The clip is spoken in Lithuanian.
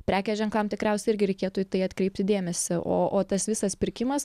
prekės ženklam tikriausiai irgi reikėtų į tai atkreipti dėmesį o o tas visas pirkimas